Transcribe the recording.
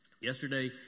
Yesterday